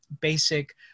basic